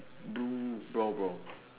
blue brown brown